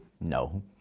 No